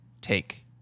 take